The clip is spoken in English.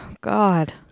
God